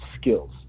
skills